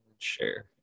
Share